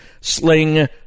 sling